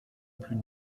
plus